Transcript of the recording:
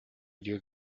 video